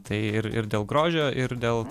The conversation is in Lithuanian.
tai ir ir dėl grožio ir dėl